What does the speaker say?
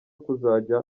kuzajya